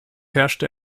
herrschte